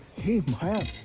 hey maya.